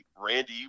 randy